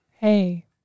Hey